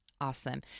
Awesome